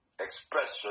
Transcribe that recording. expression